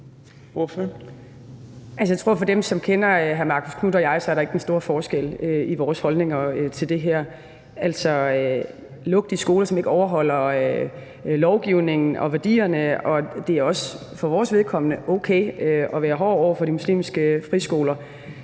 for dem, der kender hr. Marcus Knuth og mig, er der ikke de store forskelle på vores holdninger til det her. Altså, luk de skoler, der ikke overholder lovgivningen og lever op til værdierne. Det er for vores vedkommende også okay at være hård over for de muslimske friskoler,